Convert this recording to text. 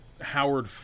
Howard